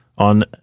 on